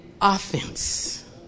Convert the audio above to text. offense